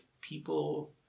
people